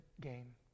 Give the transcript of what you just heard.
game